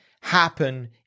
happen